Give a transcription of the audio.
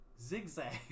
Zigzag